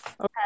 Okay